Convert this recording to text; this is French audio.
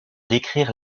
décrire